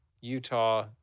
Utah